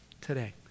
today